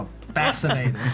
fascinating